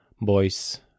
boys